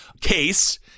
case